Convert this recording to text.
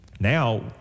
Now